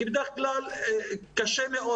כי בדרך כלל קשה מאוד,